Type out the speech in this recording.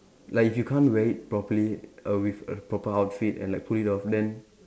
like if you can't wear it properly err with a proper outfit and like pull it off then